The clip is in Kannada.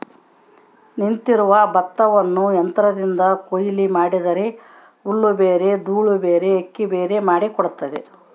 ನಿಂತಿರುವ ಭತ್ತವನ್ನು ಯಂತ್ರದಿಂದ ಕೊಯ್ಲು ಮಾಡಿದರೆ ಹುಲ್ಲುಬೇರೆ ದೂಳುಬೇರೆ ಅಕ್ಕಿಬೇರೆ ಮಾಡಿ ಕೊಡ್ತದ